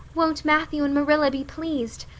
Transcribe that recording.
won't matthew and marilla be pleased!